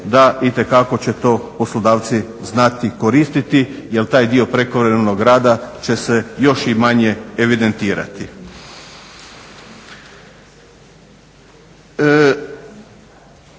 da itekako će to poslodavci znati koristiti. Jer taj dio prekovremenog rada će se još i manje evidentirati.